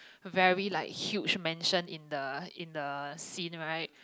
very like huge mansion in the in the scene right